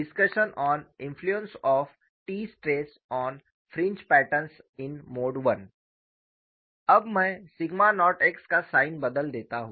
discussion on influence of T stress on fringe patterns in mode I अब मैं sigma not x का sign बदल देता हूँ